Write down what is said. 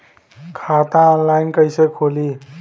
खाता ऑनलाइन कइसे खुली?